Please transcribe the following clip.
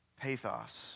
pathos